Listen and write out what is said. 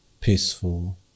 peaceful